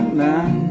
man